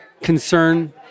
concern